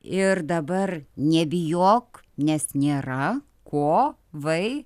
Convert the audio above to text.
ir dabar nebijok nes nėra ko vai